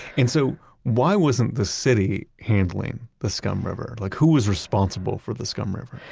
and so why wasn't the city handling the scum river? like who was responsible for the scum river?